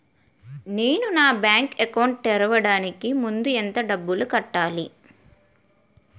నేను నా bank account తెరవడానికి ముందు ఎంత డబ్బులు కట్టాలి?